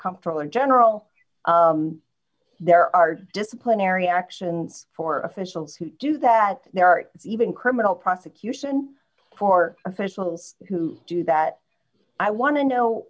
comfortable in general there are disciplinary actions for officials who do that there are even criminal prosecution for officials who do that i want to know